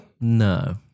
No